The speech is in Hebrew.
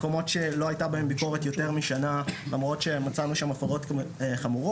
מקומות שלא הייתה בהם ביקורת יותר משנה למרות שמצאנו שם הפרות חמורות,